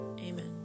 amen